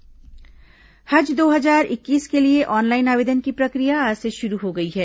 हज आवेदन हज दो हजार इक्कीस के लिए ऑनलाइन आवेदन की प्रक्रिया आज से शुरू हो गई है